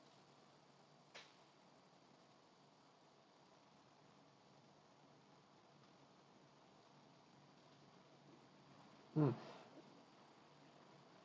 mm